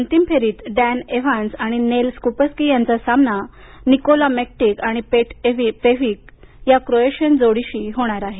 अंतिम फेरीत उद्या डेन एव्हान्स आणि नेल स्कूपस्की यांचा सामना निकोला मेकटीक आणि मेट पेव्हीक या क्रोएशियन जोडीशी होणार आहे